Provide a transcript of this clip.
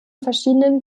verschiedenen